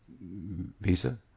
visa